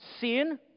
sin